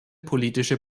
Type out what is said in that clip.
politische